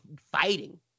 fighting